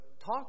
talk